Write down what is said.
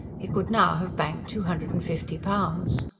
he could now have banked two hundred and fifty pounds.